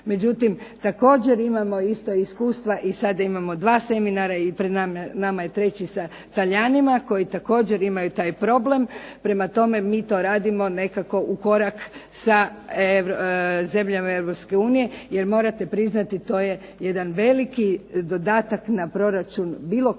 Međutim, također imamo isto iskustva i sada imamo dva seminara i pred nama je treći sa Talijanima koji također imaju taj problem, prema tome mi to radimo nekako u korak sa zemljama Europske unije jer morate priznati to je jedan veliki dodatak na proračun bilo koje